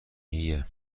ایه